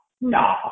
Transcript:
no